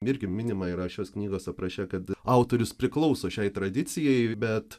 irgi minima yra šios knygos apraše kad autorius priklauso šiai tradicijai bet